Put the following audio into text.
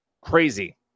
Crazy